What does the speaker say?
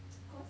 cause